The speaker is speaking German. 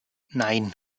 nein